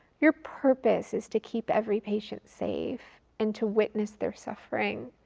your purpose is to keep every patient safe and to witness their suffering.